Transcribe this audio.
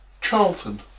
Charlton